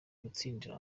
gutsindira